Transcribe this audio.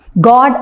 God